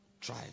Try